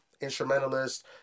instrumentalist